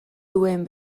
duen